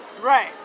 right